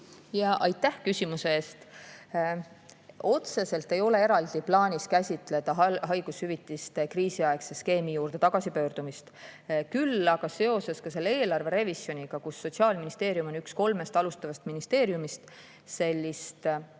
Aitäh küsimuse eest! Otseselt ei ole plaanis käsitleda eraldi haigushüvitiste kriisiaegse skeemi juurde tagasipöördumist, küll aga seoses eelarverevisjoniga, kus Sotsiaalministeerium on üks kolmest alustavast ministeeriumist,